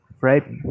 right